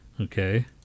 Okay